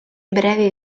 breve